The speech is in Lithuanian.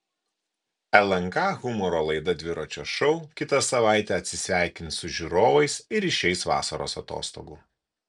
lnk humoro laida dviračio šou kitą savaitę atsisveikins su žiūrovais ir išeis vasaros atostogų